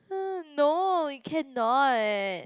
[huh] no you cannot